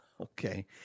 Okay